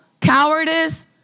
cowardice